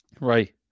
Right